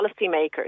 policymakers